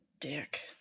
dick